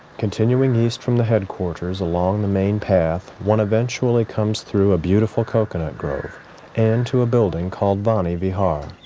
continuing east from the headquarters, along the main path, one eventually comes through a beautiful coconut grove and to a building called vani vihar.